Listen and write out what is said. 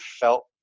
felt